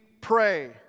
pray